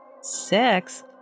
Sex